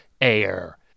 air